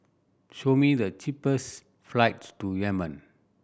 show me the cheapest flights to Yemen